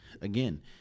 Again